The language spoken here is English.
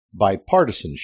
Bipartisanship